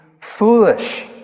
foolish